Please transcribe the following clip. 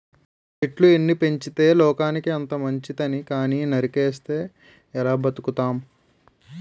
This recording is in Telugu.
చెట్లు ఎన్ని పెంచితే లోకానికి అంత మంచితి కానీ నరికిస్తే ఎలా బతుకుతాం?